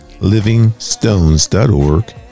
livingstones.org